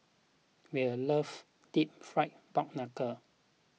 will loves Deep Fried Pork Knuckle